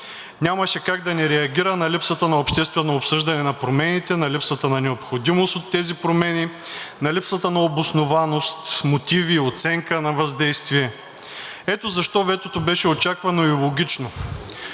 Нямаше как да не реагира на липсата на обществено обсъждане на промените, на липсата на необходимост от тези промени, на липсата на обоснованост, мотиви, оценка на въздействие. Ето защо ветото беше очаквано и логично.